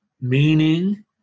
meaning